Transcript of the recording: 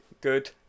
good